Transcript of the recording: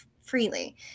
freely